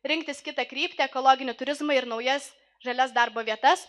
rinktis kitą kryptį ekologinį turizmą ir naujas žalias darbo vietas